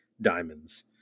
diamonds